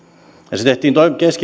ja se tehtiin